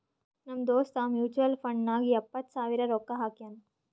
ನಮ್ ದೋಸ್ತ mutual fund ನಾಗ್ ಎಪ್ಪತ್ ಸಾವಿರ ರೊಕ್ಕಾ ಹಾಕ್ಯಾನ್